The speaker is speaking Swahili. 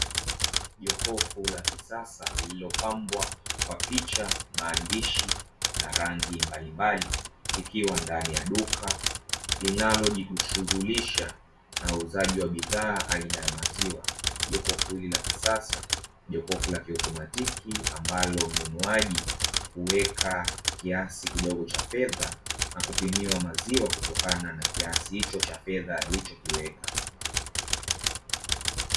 Jokofu la kisasa lililopambwa kwa picha, maandishi na rangi mbalimbali. Ikiwa na ndani ya duka linalojishughulisha na uuzaji wa bidhaa aina ya maziwa. Jokofu hili la kisasa, jokofu la kiautomatiki ambalo mnunuaji huweka kiasi kidogo cha fedha na kupimiwa maziwa kutokana na kiasi hicho cha fedha alichokiweka.